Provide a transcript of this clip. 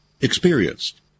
experienced